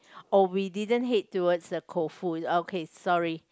oh we didn't head towards the KouFu okay sorry